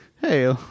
hey